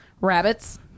Rabbits